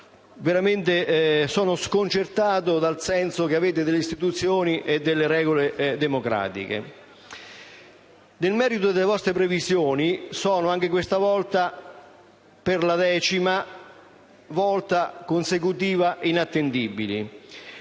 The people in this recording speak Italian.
veramente sconcertato dal senso che avete delle istituzioni e delle regole democratiche. Nel merito, le vostre previsioni sono, anche questa volta - per la decima volta consecutiva - inattendibili.